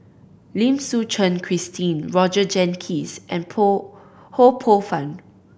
Lim Suchen Christine Roger Jenkins and poh Ho Poh Fun